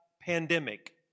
pandemic